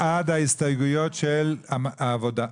מי בעד ההסתייגויות של סיעת העבודה?